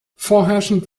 vorherrschend